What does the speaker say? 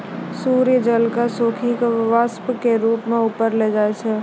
सूर्य जल क सोखी कॅ वाष्प के रूप म ऊपर ले जाय छै